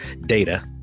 data